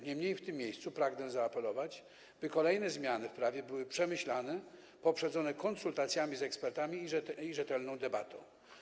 Niemniej w tym miejscu pragnę zaapelować, by kolejne zmiany w prawie były przemyślane, poprzedzone konsultacjami z ekspertami i rzetelną debatą.